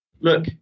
look